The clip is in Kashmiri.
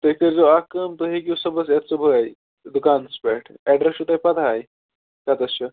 تُہۍ کٔرزیٚو اَکھ کٲم تُہی ہیٚکِو صُبحس یِتھ صُبحٲے دُکانس پٮ۪ٹھ ایٚڈرس چھُو تۄہہِ پتہٕے کَتیٚس چھُ